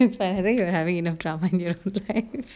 it's like having and having enough trauma here right